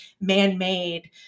man-made